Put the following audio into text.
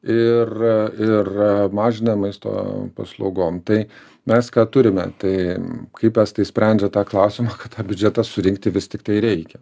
ir ir mažina maisto paslaugom tai mes ką turime tai kaip estai sprendžia tą klausimą kad tą biudžetą surinkti vis tiktai reikia